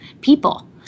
people